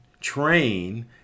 train